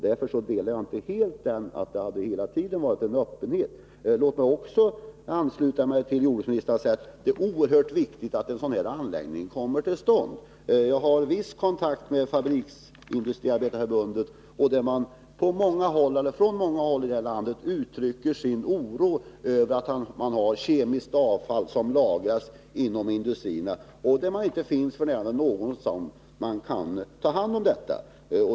Därför delar jag inte meningen att det hela tiden rått en öppenhet. Låt mig också ansluta mig till jordbruksministern och säga att det är oerhört viktigt att en anläggning som kan ta hand om kemiskt avfall kommer till stånd. Jag har viss kontakt med Fabriksarbetareförbundet och vet därför att man från många håll i landet uttrycker sin oro över att kemiskt avfall lagras inom industrierna därför att det f. n. inte finns någon som kan ta hand om det.